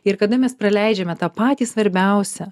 ir kada mes praleidžiame tą patį svarbiausią